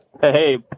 Hey